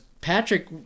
Patrick